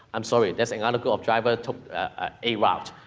i'm sorry, they say, i let go of driver to ah a route,